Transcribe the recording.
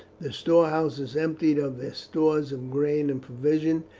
the storehouses emptied of their stores of grain and provisions,